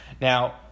Now